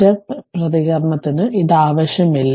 step പ്രതികരണത്തിന് ഇത് ആവശ്യമില്ല